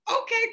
okay